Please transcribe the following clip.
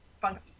funky